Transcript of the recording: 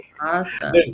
Awesome